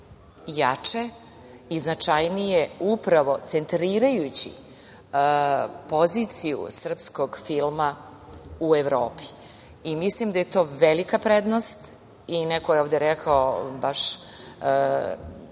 jače i značajnije, upravo centrirajući poziciju srpskog filma u Evropi. Mislim da je to velika prednost. Neko je ovde spomenuo